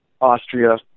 Austria